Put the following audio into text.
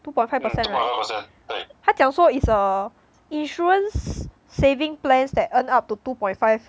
two point five percent right 他讲说 is a insurance saving plans that earn up to two point five